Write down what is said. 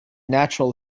natural